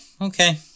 okay